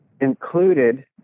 included